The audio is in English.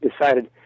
decided